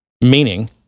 meaning